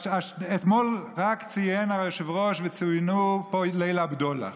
רק אתמול ציין היושב-ראש, ציינו פה את ליל הבדולח,